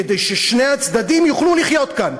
כדי ששני הצדדים יוכלו לחיות כאן.